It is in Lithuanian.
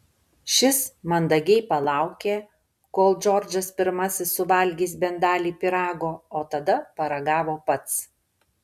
šis mandagiai palaukė kol džordžas pirmasis suvalgys bent dalį pyrago o tada paragavo pats